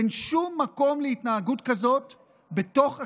אין שום מקום להתנהגות כזאת בתוך הכנסת,